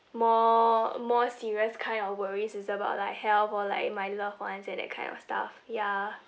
more more serious kind of worries is about like health or like my loved ones and that kind of stuff ya